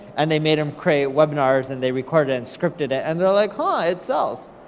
and they made him create webinars, and they recorded it, and scripted it, and they're like, huh, it sells.